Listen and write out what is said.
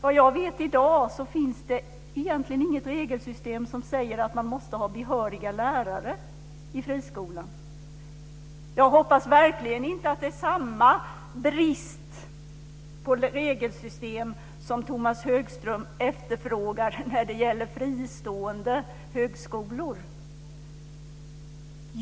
Vad jag vet finns det i dag egentligen ingen regel som säger att man måste ha behöriga lärare i friskolan. Jag hoppas verkligen inte att det är samma brist på regelsystem som Tomas Högström efterfrågar när det gäller fristående högskolor.